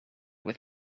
with